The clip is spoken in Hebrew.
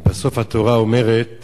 ובסוף התורה אומרת